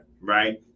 right